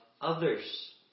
others